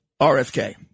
RFK